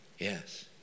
yes